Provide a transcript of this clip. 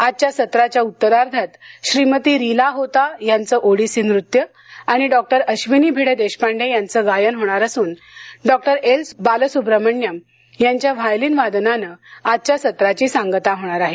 आजच्या सत्राच्या उत्तरार्धात श्रीमती रीला होता यांचं ओडिसी नृत्य आणि डॉक्टर अश्विनी भिडे देशपांडे यांचं गायन होणार अस्रन डॉक्टर एल बालसुब्रमण्यम यांच्या व्हायलीन वादनाने आजच्या सत्राची सांगता होणार आहे